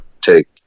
take